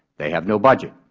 they have no budget.